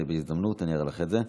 אני אראה לך את זה בהזדמנות.